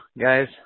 guys